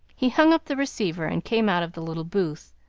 he hung up the receiver and came out of the little booth,